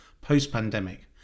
post-pandemic